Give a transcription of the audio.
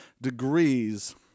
degrees